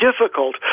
difficult